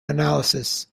analysis